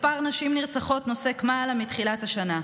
מספר נשים נרצחות נוסק מעלה מתחילת השנה,